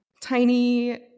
tiny